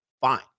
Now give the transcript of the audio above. Fine